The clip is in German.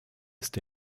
ist